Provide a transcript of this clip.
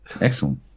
Excellent